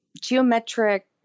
geometric